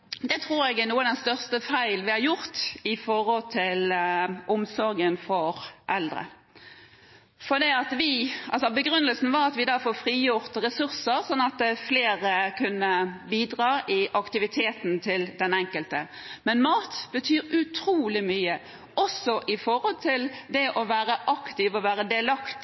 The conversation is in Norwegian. Det tror jeg er en av de største feilene vi i har gjort når det gjelder omsorgen for eldre. Begrunnelsen var at vi fikk frigjort ressurser sånn at flere kunne bidra i aktiviteten til den enkelte, men mat betyr utrolig mye, også med hensyn til det å være aktiv og å være delaktig: